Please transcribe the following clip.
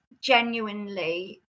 genuinely